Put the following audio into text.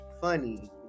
funny